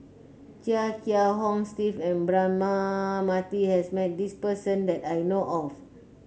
Chia Kiah Hong Steve and Braema Mathi has met this person that I know of